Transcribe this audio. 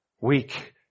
Weak